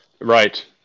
Right